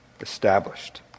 established